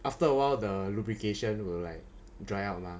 after awhile the lubrication will like dry out lah